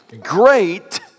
great